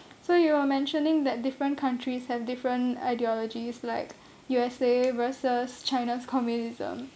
so you were mentioning that different countries have different ideologies like U_S_A versus china's communism